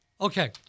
Okay